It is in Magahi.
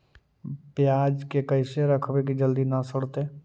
पयाज के कैसे रखबै कि जल्दी न सड़तै?